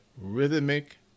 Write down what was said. rhythmic